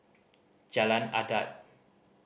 Jalan Adat